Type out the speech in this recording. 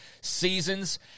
seasons